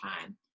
time